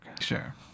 Sure